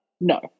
no